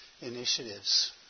initiatives